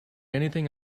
anything